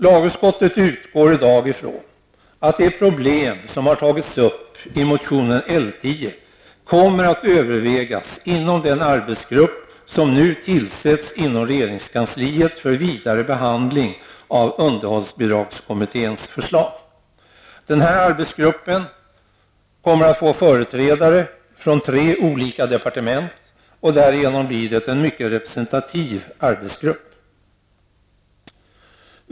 Lagutskottet utgår i dag från att de problem som har tagits upp i motion L10 kommer att övervägas inom den arbetsgrupp som tillsätts inom regeringskansliet för vidare behandling av underhållsbidragskommitténs förslag. Arbetsgruppen kommer att få företrädare för tre olika departement. Därigenom blir det en mycket representativ arbetsgrupp.